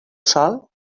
sòl